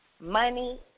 money